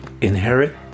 inherit